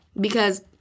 because-